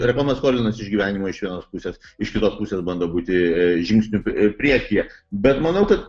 reklama skolinasi išgyvenimo iš vienos pusės iš kitos pusės bando būti žingsniu priekyje bet manau kad